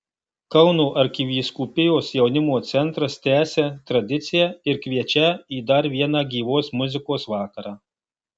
kauno arkivyskupijos jaunimo centras tęsia tradiciją ir kviečią į dar vieną gyvos muzikos vakarą